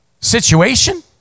situation